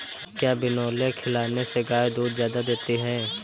क्या बिनोले खिलाने से गाय दूध ज्यादा देती है?